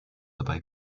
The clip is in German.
dabei